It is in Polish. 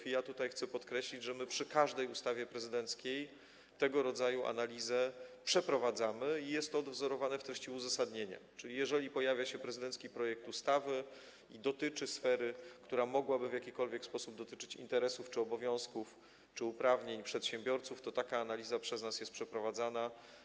Chcę tutaj podkreślić, że przy każdej ustawie prezydenckiej przeprowadzamy tego rodzaju analizę i jest to odwzorowane w treści uzasadnienia, czyli jeżeli pojawia się prezydencki projekt ustawy i dotyczy sfery, która mogłaby w jakikolwiek sposób dotyczyć interesów czy obowiązków, czy uprawnień przedsiębiorców, to taka analiza jest przez nas przeprowadzana.